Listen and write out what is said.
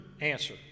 answer